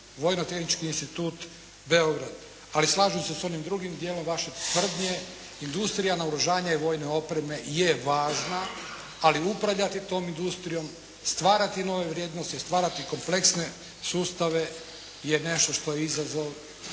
Vojno-tehnički institut Beograd. Ali slažem se sa onim drugim dijelom vaše tvrdnje, industrija, naoružanje i vojne opreme je važna ali upravljati tom industrijom, stvarati nove vrijednosti, stvarati kompleksne sustave je nešto što je izazov